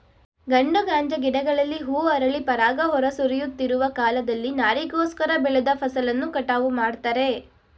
ಗಂಡು ಗಾಂಜಾ ಗಿಡಗಳಲ್ಲಿ ಹೂ ಅರಳಿ ಪರಾಗ ಹೊರ ಸುರಿಯುತ್ತಿರುವ ಕಾಲದಲ್ಲಿ ನಾರಿಗೋಸ್ಕರ ಬೆಳೆದ ಫಸಲನ್ನು ಕಟಾವು ಮಾಡ್ತಾರೆ